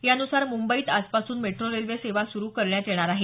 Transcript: यानुसार मुंबईत आजपासून मेट्रो रेल्वे सेवा स्रु करण्यात येणार आहे